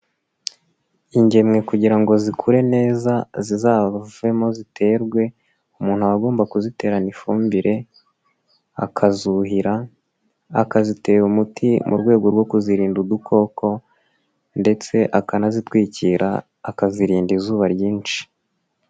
Ingemwe kugira ngo zikure neza zizavemo ziterwe umuntu aba agomba kuziterana ifumbire, akazuhira, akazitera umuti mu rwego rwo kuzirinda udukoko ndetse akanazitwikira, akazirinda izuba ryinshi.